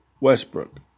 Westbrook